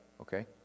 okay